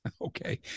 Okay